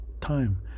time